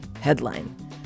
headline